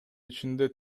ичинде